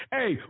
Hey